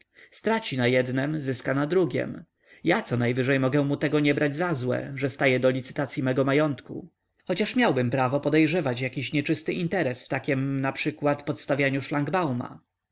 straci na jednem zyska na drugiem ja conajwyźej mogę mu tego nie brać za złe że staje do licytacyi mego majątku chociaż miałbym prawo podejrzewać jakiś nieczysty interes w takiem naprzykład podstawianiu